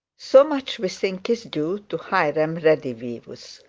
so much we think is due to hiram redivivus.